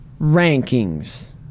rankings